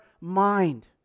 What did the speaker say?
mind